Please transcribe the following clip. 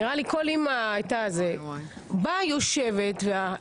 נראה לי שכל אימא לא הייתה הולכת אבל אני באה לכאן ויושבת בוועדה.